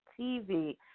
TV